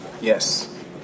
Yes